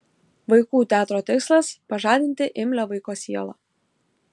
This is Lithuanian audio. vaikų teatro tikslas pažadinti imlią vaiko sielą